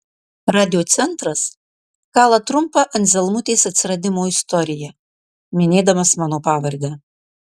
radiocentras kala trumpą anzelmutės atsiradimo istoriją minėdamas mano pavardę